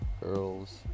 girls